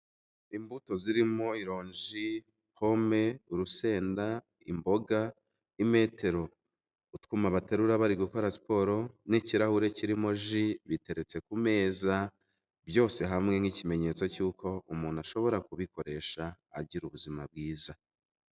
Imbuto zirimo ironji, pome, urusenda, imboga, imetero, utwuma baterura bari gukora siporo n'ikirahure kirimo ji biteretse ku meza byose hamwe nk'ikimenyetso cy'uko umuntu ashobora kubikoresha agira ubuzima bwiza.